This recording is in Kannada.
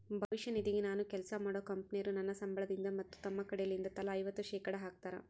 ಭವಿಷ್ಯ ನಿಧಿಗೆ ನಾನು ಕೆಲ್ಸ ಮಾಡೊ ಕಂಪನೊರು ನನ್ನ ಸಂಬಳಗಿಂದ ಮತ್ತು ತಮ್ಮ ಕಡೆಲಿಂದ ತಲಾ ಐವತ್ತು ಶೇಖಡಾ ಹಾಕ್ತಾರ